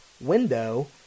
window